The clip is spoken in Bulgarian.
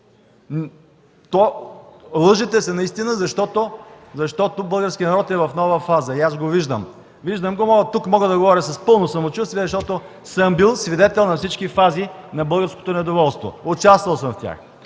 Лъжете се наистина, защото българският народ е в нова фаза. И аз го виждам. Виждам го и оттук мога да говоря с пълно самочувствие, защото съм бил свидетел на всички фази на българското недоволство. Участвал съм в тях.